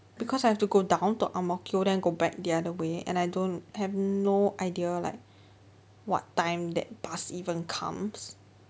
because I have to down to ang mo kio then go back the other way and I don't have no idea like what time that bus even comes